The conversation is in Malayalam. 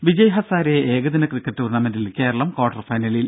രും വിജയ്ഹസാരെ ഏകദിന ക്രിക്കറ്റ് ടൂർണമെന്റിൽ കേരളം ക്വാർട്ടർ ഫൈനലിൽ